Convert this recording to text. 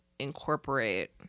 incorporate